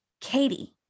Katie